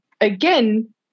again